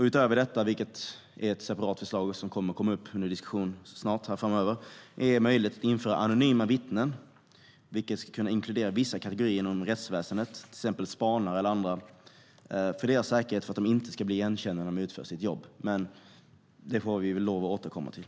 Utöver detta bör Sverige införa möjlighet till anonyma vittnen, vilket ska kunna inkludera vissa kategorier inom rättsväsendet, till exempel spanare eller andra, för deras säkerhet, så att de inte ska bli igenkända när de utför sitt jobb. Men det får vi återkomma till.